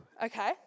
okay